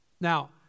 Now